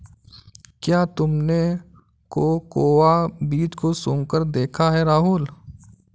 क्या तुमने कोकोआ बीज को सुंघकर देखा है राहुल?